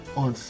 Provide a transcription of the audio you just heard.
on